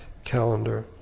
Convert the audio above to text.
Calendar